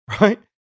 right